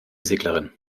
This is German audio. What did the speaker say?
seglerin